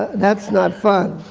that's not fun.